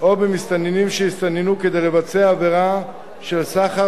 או במסתננים שהסתננו כדי לבצע עבירה של סחר